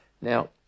Now